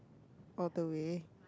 all the way